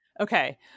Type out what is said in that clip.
okay